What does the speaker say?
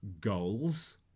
goals